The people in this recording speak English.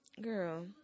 girl